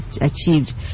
achieved